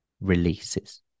releases